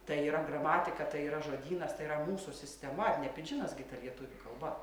tai yra gramatika tai yra žodynas tai yra mūsų sistema ar ne pidžinas gi ta lietuvių kalba